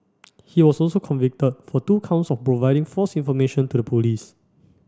he was also convicted for two counts of providing false information to the police